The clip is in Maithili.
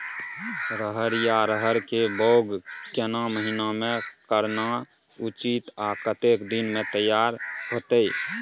रहरि या रहर के बौग केना महीना में करनाई उचित आ कतेक दिन में तैयार होतय?